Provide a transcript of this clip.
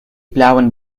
blauen